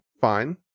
fine